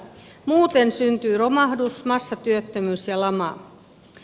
muuten syntyy romahdus massatyöttömyys ja lama